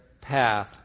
path